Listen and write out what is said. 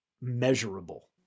measurable